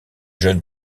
jeune